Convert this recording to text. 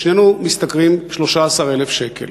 שנינו משתכרים 13,000 שקל.